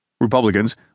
Republicans